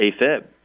AFib